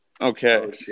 okay